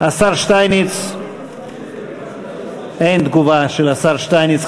השר שטייניץ, אין תגובה של השר שטייניץ.